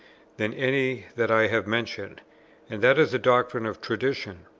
than any that i have mentioned and that is the doctrine of tradition.